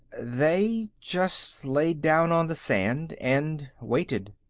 they just laid down on the sand and waited.